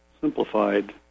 simplified